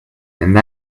and